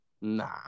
Nah